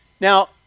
Now